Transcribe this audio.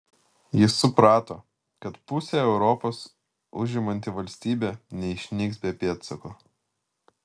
jis suprato kad pusę europos užimanti valstybė neišnyks be pėdsako